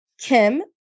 Kim